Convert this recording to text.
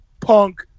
Punk